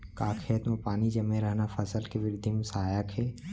का खेत म पानी जमे रहना फसल के वृद्धि म सहायक हे?